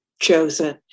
chosen